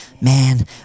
man